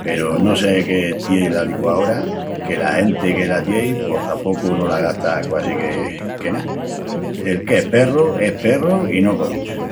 Peru no sé que tie la liquaora, que la genti que la tie pos tapocu no la gasta quasi que ná. El qu'es perru es perru i no cozina.